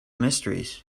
mysteries